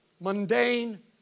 mundane